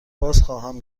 بازخواهم